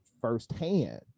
firsthand